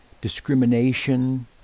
discrimination